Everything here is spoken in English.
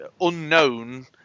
unknown